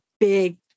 Big